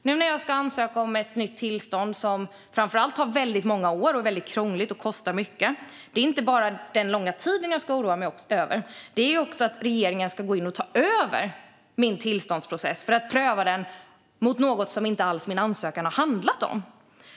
Nu när jag ska ansöka om ett nytt tillstånd som tar många år, är krångligt och kostar mycket att ta fram, är det inte bara den långa tiden jag ska oroa mig över, utan det är också att regeringen ska ta över min tillståndsprocess för att pröva den mot något som min ansökan inte har handlat om.